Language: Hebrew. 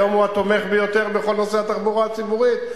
היום הוא התומך ביותר בכל נושא התחבורה הציבורית,